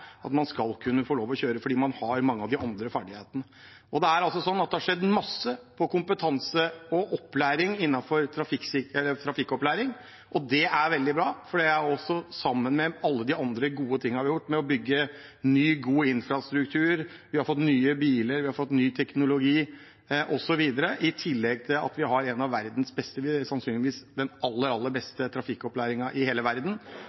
at man skal kunne få lov til å kjøre fordi man har mange av de andre ferdighetene. Det har skjedd masse når det gjelder kompetanse og opplæring innenfor trafikkopplæring, og det er veldig bra, sammen med alle de andre gode tingene vi har gjort ved å bygge ny, god infrastruktur, vi har fått nye biler, vi har fått ny teknologi, osv., i tillegg til at vi sannsynligvis har den aller, aller beste